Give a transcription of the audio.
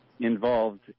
involved